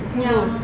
ya